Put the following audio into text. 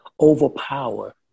overpower